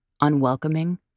unwelcoming